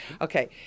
Okay